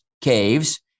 caves